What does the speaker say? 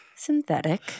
Synthetic